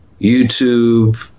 YouTube